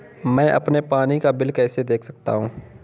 मैं अपना पानी का बिल कैसे देख सकता हूँ?